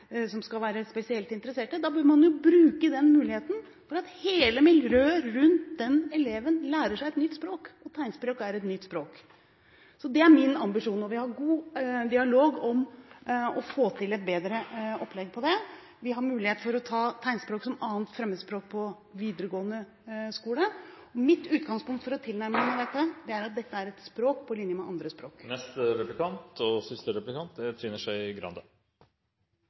som kan være spesielt interessert – burde bruke muligheten, slik at hele miljøet rundt den eleven lærer seg et nytt språk, og tegnspråk er et nytt språk. Det er min ambisjon – og vi har en god dialog om det – å få til et bedre opplegg når det gjelder dette. En har mulighet til å ta tegnspråk som 2. fremmedspråk på videregående skole. Mitt utgangspunkt for en tilnærming til dette er at dette er et språk på linje med andre språk. Politiske prosesser er dialoger mellom dem som er